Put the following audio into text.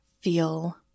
feel